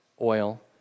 oil